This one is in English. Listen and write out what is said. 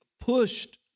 pushed